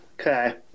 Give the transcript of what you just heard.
Okay